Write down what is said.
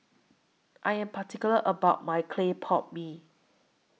I Am particular about My Clay Pot Mee